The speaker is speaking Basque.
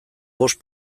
bost